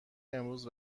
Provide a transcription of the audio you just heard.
امروز